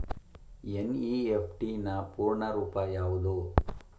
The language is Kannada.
ಎನ್.ಇ.ಎಫ್.ಟಿ ನ ಪೂರ್ಣ ರೂಪ ಯಾವುದು?